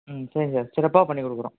ம் சரி சார் சிறப்பாக பண்ணிகொடுக்குறோம்